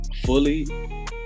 fully